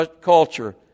culture